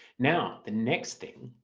now the next thing,